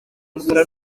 umukara